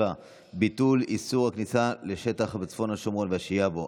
7) (ביטול איסור הכניסה לשטח בצפון השומרון והשהייה בו),